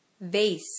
Vase